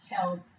help